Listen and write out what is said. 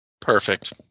Perfect